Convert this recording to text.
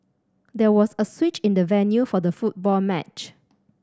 there was a switch in the venue for the football match